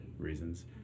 reasons